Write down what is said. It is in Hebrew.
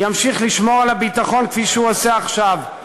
ימשיך לשמור על הביטחון כפי שהוא עושה עכשיו,